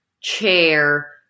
chair